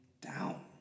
down